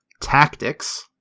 tactics